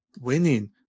winning